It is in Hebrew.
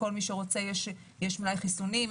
יש מלאי חיסונים,